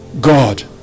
God